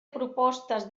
propostes